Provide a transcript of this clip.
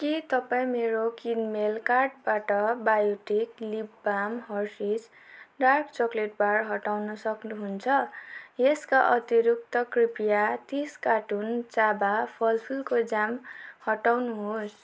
के तपाईँ मेरो किनमेल कार्टबाट Biotique lip balm Hershey's dark chocolate bar हटाउन सक्नुहुन्छ यसका अतिरिक्त कृपया तिस कार्टुन चाबा फलफुलको जाम हटाउनुहोस्